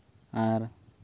ᱟᱨ